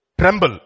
tremble